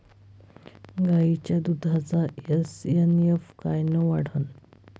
गायीच्या दुधाचा एस.एन.एफ कायनं वाढन?